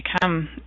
come